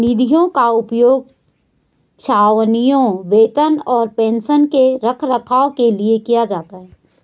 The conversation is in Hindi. निधियों का उपयोग छावनियों, वेतन और पेंशन के रखरखाव के लिए किया जाता है